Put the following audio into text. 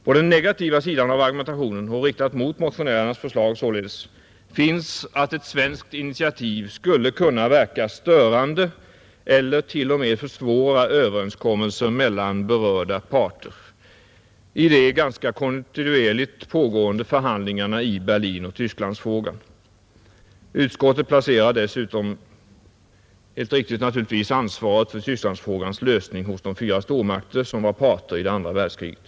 På den negativa sidan av argumentationen — och riktat mot motionärernas förslag — finns att ett svenskt initiativ skulle kunna verka störande eller t.o.m. försvåra överenskommelser mellan berörda parter i de ganska kontinuerligt pågående förhandlingarna i Berlinoch Tysklandsfrågorna. Utskottet placerar dessutom, naturligtvis helt riktigt, ansvaret för Tysklandsfrågans lösning hos de fyra stormakter som var parter i det andra världskriget.